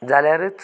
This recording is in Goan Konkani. जाल्यारच